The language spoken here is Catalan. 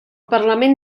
parlament